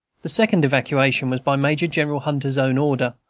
the second evacuation was by major-general hunter's own order,